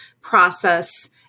process